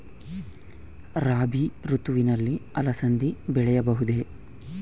ರಾಭಿ ಋತುವಿನಲ್ಲಿ ಅಲಸಂದಿ ಬೆಳೆಯಬಹುದೆ?